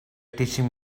teaching